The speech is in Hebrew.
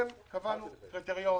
קבענו קריטריון